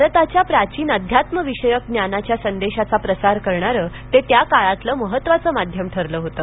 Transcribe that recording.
भारताच्या प्राचीन आध्यात्मविषयक ज्ञानाच्या संदेशाचा प्रसार करणारं ते त्या काळातलं महत्त्वाचं माध्यम ठरलं होतं